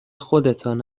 خودتان